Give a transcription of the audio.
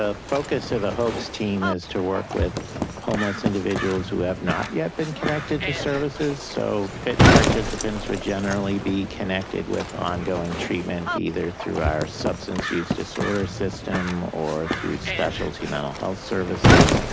ah focus of the hopes team is to work with homeless individuals who have not yet been connected to services. so fit participants would generally be connected with ongoing treatment either through our substance use disorder system or through specialty mental health services,